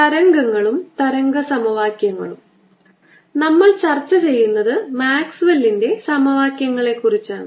തരംഗങ്ങളും തരംഗ സമവാക്യങ്ങളും നമ്മൾ ചർച്ചചെയ്യുന്നത് മാക്സ്വെല്ലിന്റെ സമവാക്യങ്ങളെക്കുറിച്ചാണ്